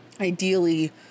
Ideally